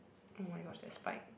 oh-my-gosh that spike